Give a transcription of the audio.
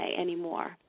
anymore